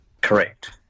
Correct